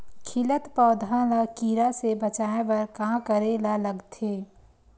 खिलत पौधा ल कीरा से बचाय बर का करेला लगथे?